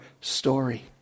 story